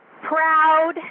Proud